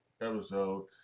episode